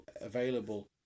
available